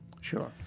Sure